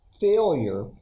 failure